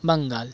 Bengal